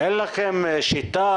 אין לכם שיטה,